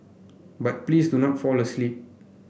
but please do not fall asleep